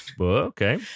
Okay